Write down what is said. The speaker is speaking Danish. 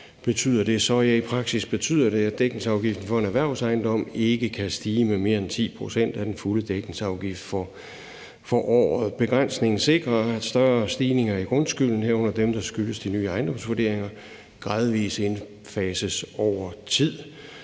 i praksis betyder det, at dækningsafgiften for en erhvervsejendom ikke kan stige med mere end 10 pct. af den fulde dækningsafgift for året. Begrænsningen sikrer, at større stigninger i grundskylden, herunder dem, der skyldes de nye ejendomsvurderinger, gradvis indfases over tid.